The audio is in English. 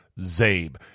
zabe